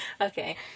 Okay